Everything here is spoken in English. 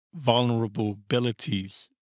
vulnerabilities